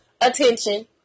attention